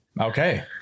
okay